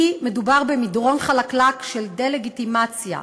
כי מדובר במדרון חלקלק של דה-לגיטימציה.